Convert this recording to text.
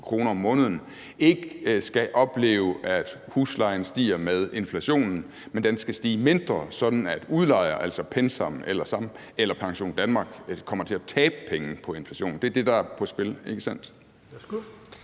kr. om måneden, ikke skal opleve, at huslejen stiger med inflationen. Men den skal stige mindre, sådan at udlejere, altså PenSam eller PensionDanmark, kommer til at tabe penge på inflationen. Det er det, der er på spil,